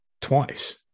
twice